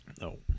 No